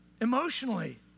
emotionally